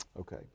okay